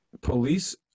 police